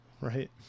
Right